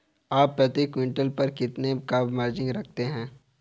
आप प्रति क्विंटल पर कितने का मार्जिन रखते हैं?